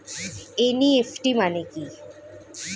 NEFT মানে কি?